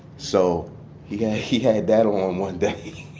so yeah he had that on one day,